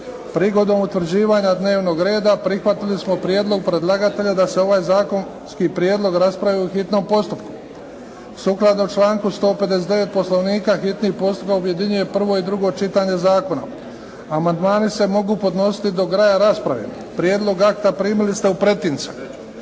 Prigodom utvrđivanja dnevnog reda prihvatili smo prijedlog predlagatelja da se ovaj zakonski prijedlog raspravi u hitnom postupku. Sukladno članku 159. Poslovnika hitni postupak objedinjuje prvo i drugo čitanje zakona. Amandmani se mogu podnositi do kraja rasprave. Prijedlog akta primili ste u pretince.